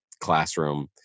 classroom